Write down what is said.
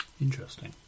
Interesting